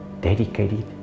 dedicated